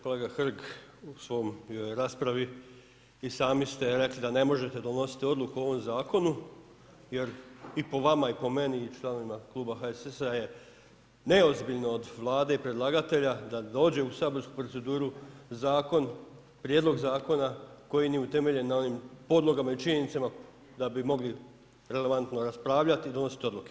Kolega Hrg u svojoj raspravi i sami ste rekli da ne možete donositi odluku o ovom zakonu, jer i po vama i po meni i članovima Kluba HSS-a je neozbiljno od Vlade, predlagatelja, da dođe u saborsku proceduru, zakon prijedlog zakona koji nije utemeljen na onim podlogama i činjenicama da bi mogli relevantno raspravljati i donositi odluke.